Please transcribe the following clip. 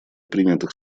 принятых